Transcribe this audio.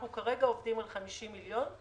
אנחנו כרגע עובדים על 50 מיליון,